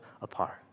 apart